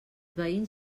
veïns